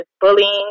bullying